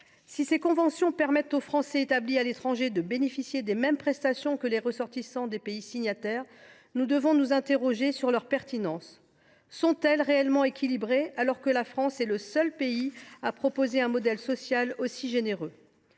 Si ces conventions permettent aux Français établis à l’étranger de bénéficier des mêmes prestations que les ressortissants des pays signataires, nous devons néanmoins nous interroger quant à leur pertinence. Sont elles réellement équilibrées, alors que la France est le seul pays proposant un modèle social aussi généreux ?